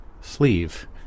sleeve